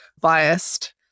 biased